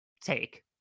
take